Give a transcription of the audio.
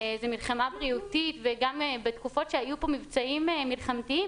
זו מלחמה בריאותית וגם בתקופות שהיו מבצעים מלחמתיים